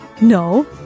No